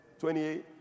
28